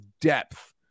depth